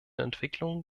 entwicklungen